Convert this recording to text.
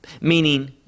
meaning